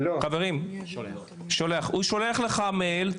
הוא שולח לך מייל,